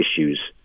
issues